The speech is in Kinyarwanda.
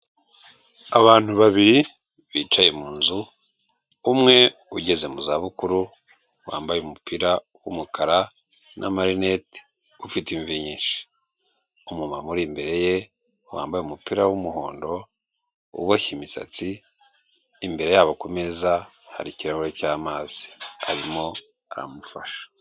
Abantu babiri bicaye mu nzu, umwe ugeze mu zabukuru, wambaye umupira w'umukara n'amarinete, ufite nyinshi, umumama uri imbere ye wambaye umupira w'umuhondo, uboshye imisatsi, imbere yabo ku meza hari ikirahure cy'amazi arimo aramufasha.